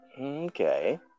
Okay